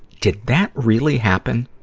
did that really happen?